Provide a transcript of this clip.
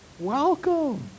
Welcome